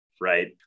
right